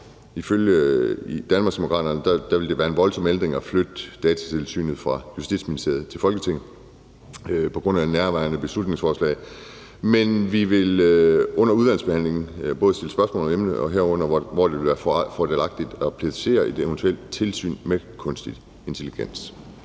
Danmarksdemokraterne vil være en voldsom ændring at flytte Datatilsynet fra Justitsministeriet til Folketinget på grund af nærværende beslutningsforslag, men vi vil under udvalgsbehandlingen både stille spørgsmål til emnet, herunder til, hvor det vil være fordelagtigt at placere et eventuelt tilsyn med kunstig intelligens.